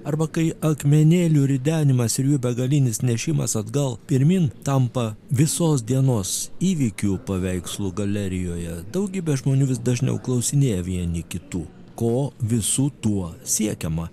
arba kai akmenėlių ridenimas ir jų begalinis nešimas atgal pirmyn tampa visos dienos įvykiu paveikslų galerijoje daugybė žmonių vis dažniau klausinėja vieni kitų ko visu tuo siekiama